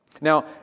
Now